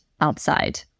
outside